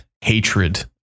hatred